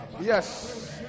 yes